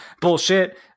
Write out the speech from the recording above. bullshit